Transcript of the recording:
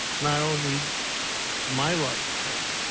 not only my lifetime,